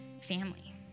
family